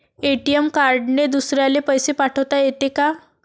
ATM कार्डने दुसऱ्याले पैसे पाठोता येते का?